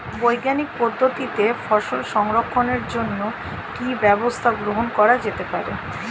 বৈজ্ঞানিক পদ্ধতিতে ফসল সংরক্ষণের জন্য কি ব্যবস্থা গ্রহণ করা যেতে পারে?